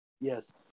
Yes